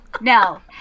No